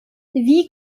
wie